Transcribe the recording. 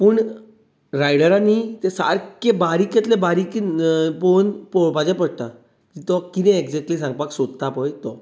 पूण रायडरांनी तें सारकें बारीकेंतल्या बारीकीन पळोवन पळोवपाचें पडटा की तो कितें एक्जेक्टली सांगपाक सोदता पळय तो